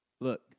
Look